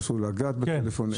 אסור לגעת בטלפון?